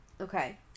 Okay